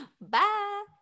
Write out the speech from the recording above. Bye